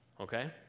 Okay